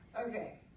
Okay